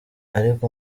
ariko